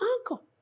uncle